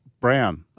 brown